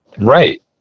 Right